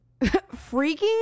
Freaking